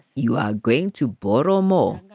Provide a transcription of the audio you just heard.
you are going to borrow more?